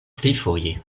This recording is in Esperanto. trifoje